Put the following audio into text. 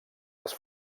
les